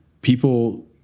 people